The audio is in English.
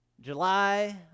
July